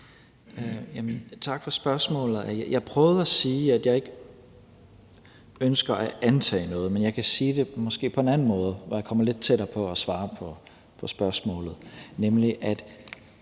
Tak for spørgsmålet. Jeg prøvede at sige, at jeg ikke ønsker at antage noget. Men jeg kan måske sige det på en anden måde, hvor jeg kommer lidt tættere på at svare på spørgsmålet,